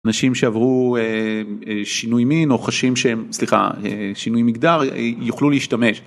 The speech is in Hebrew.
אנשים שעברו שינוי מין או חשים שהם, סליחה, שינוי מגדר יוכלו להשתמש.